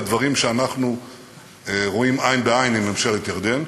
לדברים שאנחנו רואים עין בעין עם ממשלת ירדן,